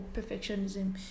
perfectionism